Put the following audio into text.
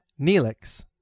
Neelix